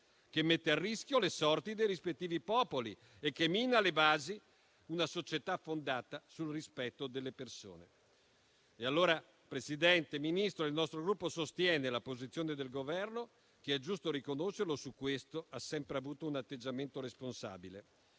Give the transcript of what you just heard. che mette a rischio le sorti dei rispettivi popoli e che mina le basi di una società fondata sul rispetto delle persone. Signor Presidente, Ministro, il nostro Gruppo sostiene la posizione del Governo che - è giusto riconoscerlo - su questo ha sempre avuto un atteggiamento responsabile.